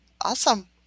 Awesome